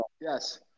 Yes